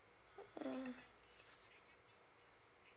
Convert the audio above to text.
mm